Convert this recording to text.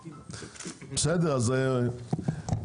אוקיי,